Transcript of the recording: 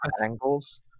angles